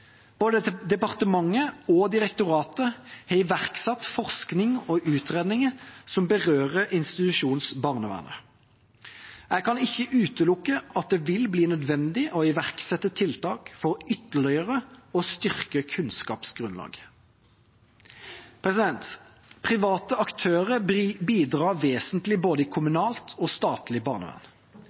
Både departementet og direktoratet har iverksatt forskning og utredninger som berører institusjonsbarnevernet. Jeg kan ikke utelukke at det vil bli nødvendig å iverksette tiltak for ytterligere å styrke kunnskapsgrunnlaget. Private aktører bidrar vesentlig i både kommunalt og statlig barnevern.